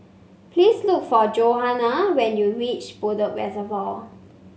please look for Johnna when you reach Bedok Reservoir